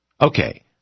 okay